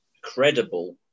credible